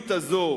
שהמדיניות הזו,